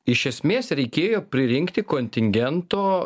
iš esmės reikėjo pririnkti kontingento